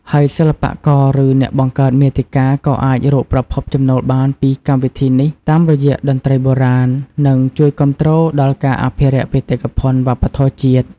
ហើយសិល្បករឬអ្នកបង្កើតមាតិកាក៏អាចរកប្រភពចំណូលបានពីកម្មវិធីនេះតាមរយៈតន្ត្រីបុរាណនិង ជួយគាំទ្រដល់ការអភិរក្សបេតិកភណ្ឌវប្បធម៌ជាតិ។